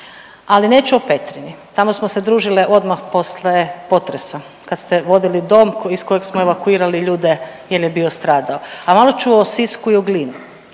Ali neću o Petrinji. Tamo smo se družile odmah posle potresa kad ste vodili dok iz kojeg smo evakuirali ljude jer je bio stradao. A malo ću o Sisku i o Glini,